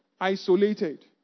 isolated